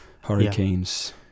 hurricanes